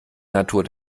natur